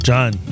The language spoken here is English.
John